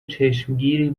چشمگیری